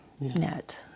net